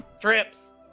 Trips